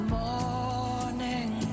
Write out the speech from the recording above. morning